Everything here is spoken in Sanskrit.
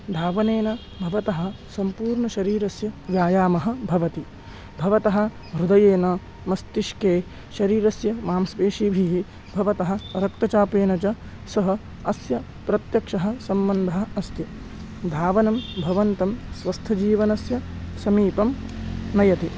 धावनेन भवतः सम्पूर्णशरीरस्य व्यायामः भवति भवतः हृदयेन मस्तिष्के शरीरस्य मांसपेशिभिः भवतः रक्तचापेन च सः अस्य प्रत्यक्षः सम्बन्धः अस्ति धावनं भवन्तं स्वस्थजीवनस्य समीपं नयति